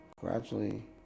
gradually